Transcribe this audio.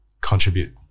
contribute